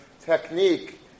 technique